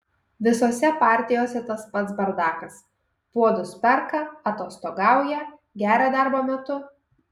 visose partijose tas pats bardakas puodus perka atostogauja geria darbo metu